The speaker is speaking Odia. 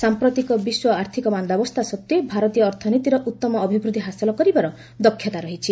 ସାମ୍ପ୍ରତିକ ବିଶ୍ୱ ଆର୍ଥିକ ମାନ୍ଦାବସ୍ଥା ସତ୍ତ୍ୱେ ଭାରତୀୟ ଅର୍ଥନୀତିର ଉତ୍ତମ ଅଭିବୃଦ୍ଧି ହାସଲ କରିବାର ଦକ୍ଷତା ରହିଛି